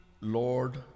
Lord